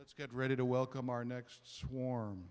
let's get ready to welcome our next swarm